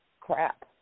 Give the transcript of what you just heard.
crap